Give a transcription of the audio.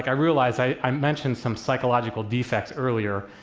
i realized i mentioned some psychological defects earlier,